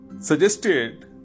suggested